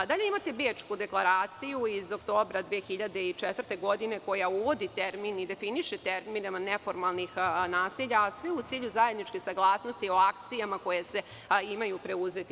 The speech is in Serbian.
Dalje imate Bečku deklaraciju iz oktobra 2004. godine koja uvodi i definiše termin neformalnih naselja, a sve u cilju zajedničke saglasnosti o akcijama koje se imaju preuzeti.